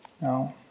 No